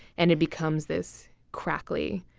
and it becomes this crackly,